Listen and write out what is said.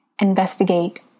investigate